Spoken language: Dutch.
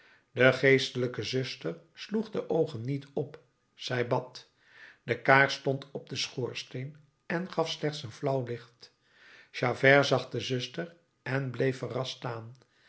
de geestelijke zuster sloeg de oogen niet op zij bad de kaars stond op den schoorsteen en gaf slechts een flauw licht javert zag de zuster en bleef verrast staan